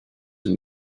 and